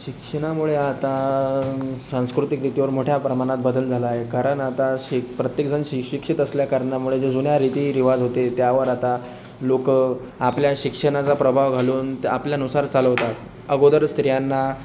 शिक्षणामुळे आता सांस्कृतिक रीतीवर मोठ्या प्रमाणात बदल झाला आहे कारण आताशी प्रत्येकजण सुशिक्षित असल्याकारणामुळे जे जुन्या रीतीरिवाज होते त्यावर आता लोक आपल्या शिक्षणाचा प्रभाव घालून ते आपल्यानुसार चालवतात अगोदर स्त्रियांना